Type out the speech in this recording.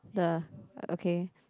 the okay